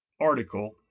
article